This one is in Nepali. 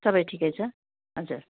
सबै ठिकै छ हजुर